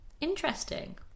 interesting